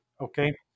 Okay